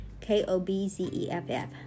K-O-B-Z-E-F-F